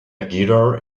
guitar